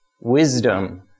Wisdom